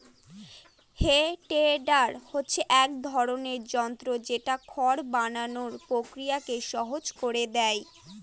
হে tedder হচ্ছে এক ধরনের যন্ত্র যেটা খড় বানানোর প্রক্রিয়াকে সহজ করে দেয়